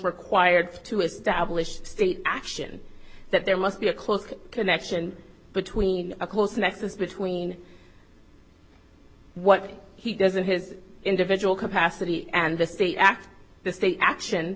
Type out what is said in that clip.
required to establish state action that there must be a close connection between of course the nexus between what he does in his individual capacity and the state act the